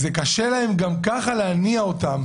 קשה גם ככה להניע אותם.